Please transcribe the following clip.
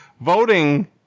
Voting